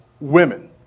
women